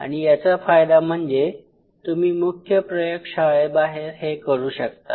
आणि याचा फायदा म्हणजे तुम्ही मुख्य प्रयोगशाळेबाहेर हे करू शकता